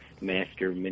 master